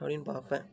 அப்படினு பார்ப்பேன்